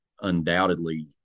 undoubtedly